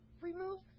remove